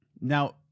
Now